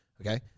Okay